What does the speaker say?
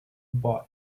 boy